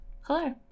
hello